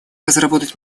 разработать